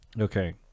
Okay